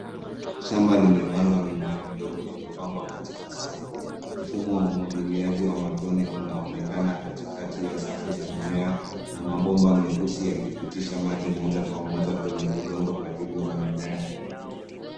Shamba limepandwa mimea midogo iliyopangwa katika safu. Mfumo wa umwagiliaji wa matone unaonekana katikati ya safu za mimea na mabomba meusi yakipitisha maji moja kwa moja kwenye udongo karibu na mimea.